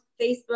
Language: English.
Facebook